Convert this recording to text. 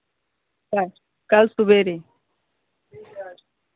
कल सवेरे